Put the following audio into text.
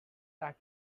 like